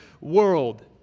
world